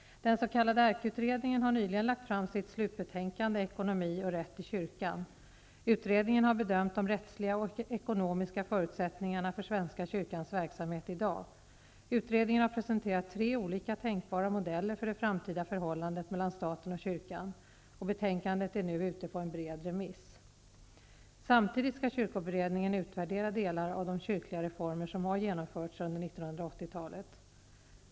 Den s.k. ERK-utredningen har nyligen lagt fram sitt slutbetänkande Ekonomi och rätt i kyrkan. Utredningen har bedömt de rättsliga och ekonomiska förutsättningarna för svenska kyrkans verksamhet i dag. Utredningen har presenterat tre olika tänkbara modeller för det framtida förhållandet mellan staten och kyrkan. Betänkandet är nu ute på en bred remiss. Samtidigt skall kyrkoberedningen utvärdera delar av de kyrkliga reformer som har genomförts under 1980-talet.